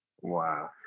Wow